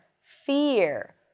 fear